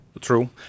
True